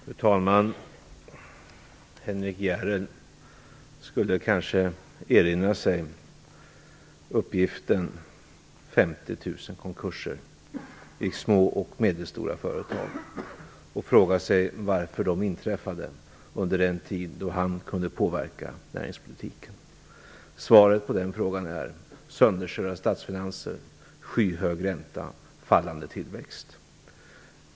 Fru talman! Henrik S Järrel skulle kanske erinra sig uppgiften om 50 000 konkurser i små och medelstora företag och fråga sig varför de inträffade under den tid då han kunde påverka näringspolitiken. Svaret på den frågan är sönderkörda statsfinanser, skyhög ränta och fallande tillväxt.